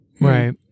right